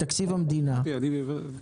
בתקציב המדינה --- אדוני היושב-ראש,